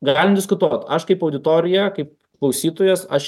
galim diskutuot aš kaip auditorija kaip klausytojas aš